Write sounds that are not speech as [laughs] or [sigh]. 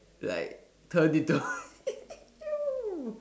like turned into [laughs] !eww!